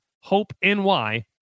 HOPE-NY